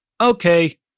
Okay